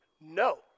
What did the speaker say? No